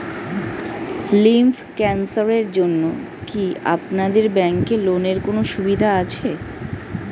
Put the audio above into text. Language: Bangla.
লিম্ফ ক্যানসারের জন্য কি আপনাদের ব্যঙ্কে লোনের কোনও সুবিধা আছে?